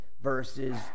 verses